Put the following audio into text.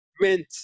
meant